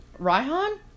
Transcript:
Raihan